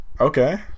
Okay